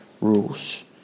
rules